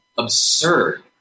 Absurd